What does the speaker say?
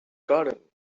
garden